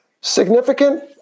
Significant